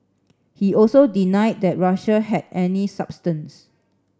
he also denied that Russia had any substance